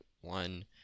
one